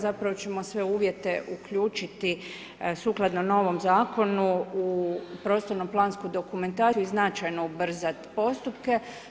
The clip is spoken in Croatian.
Zapravo ćemo sve uvjete uključiti sukladno novom zakonu u prostorno plansku dokumentaciju i značajno ubrzati postupke.